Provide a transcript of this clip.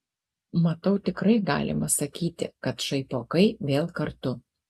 matau tikrai galima sakyti kad šaipokai vėl kartu